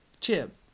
Chip